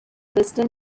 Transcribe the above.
western